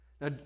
Now